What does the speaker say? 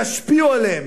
תשפיעו עליהן,